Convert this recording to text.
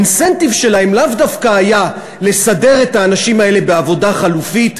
האינסנטיב שלהן היה לאו דווקא לסדר את האנשים האלה בעבודה חלופית,